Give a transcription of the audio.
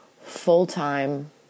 full-time